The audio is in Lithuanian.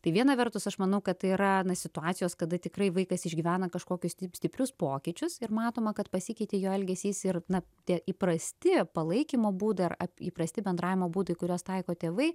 tai viena vertus aš manau kad tai yra na situacijos kada tikrai vaikas išgyvena kažkokius stiprius pokyčius ir matoma kad pasikeitė jo elgesys ir na tie įprasti palaikymo būdai ar įprasti bendravimo būdai kuriuos taiko tėvai